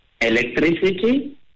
electricity